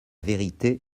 vérité